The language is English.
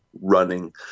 running